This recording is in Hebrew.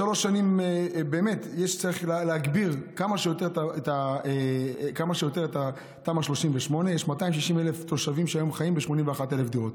בשלוש שנים צריך להגביר כמה שיותר את תמ"א 38. יש 260,000 תושבים שהיום חיים ב-81,000 דירות.